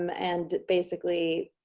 um and basically,